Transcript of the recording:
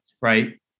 right